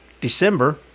December